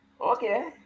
Okay